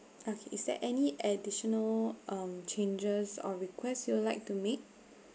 okay is there any additional um changes or request you would like to make